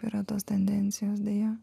yra tos tendencijos deja